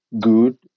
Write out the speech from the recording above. good